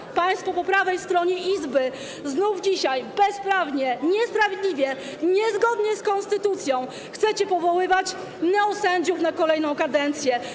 I państwo po prawej stronie izby dzisiaj znów bezprawnie, niesprawiedliwie, niezgodnie z konstytucją chcecie powoływać neosędziów na kolejną kadencję.